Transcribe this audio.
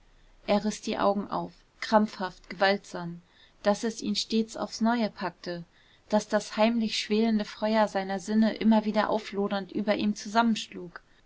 er riß die augen auf krampfhaft gewaltsam daß es ihn stets aufs neue packte daß das heimlich schwelende feuer seiner sinne immer wieder auflodernd über ihm zusammenschlug